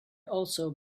also